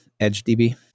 EdgeDB